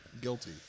guilty